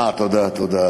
תודה, תודה.